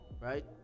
right